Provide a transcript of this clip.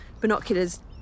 binoculars